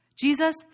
Jesus